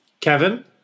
Kevin